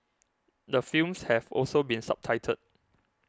the films have also been subtitled